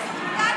בישיבת